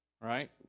right